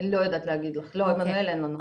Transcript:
לא יודעת להגיד לך, לא עמנואל אין לנו.